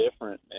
different